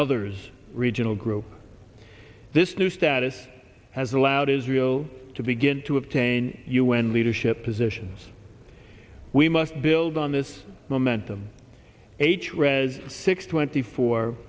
others regional group this new status has allowed israel to begin to obtain un leadership positions we must build on this momentum h read six twenty four